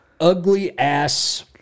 ugly-ass